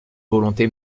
volonté